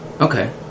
Okay